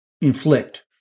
inflict